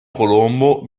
colombo